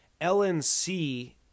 LNC